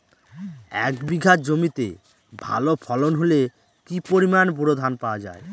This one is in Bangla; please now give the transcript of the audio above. এক বিঘা জমিতে ভালো ফলন হলে কি পরিমাণ বোরো ধান পাওয়া যায়?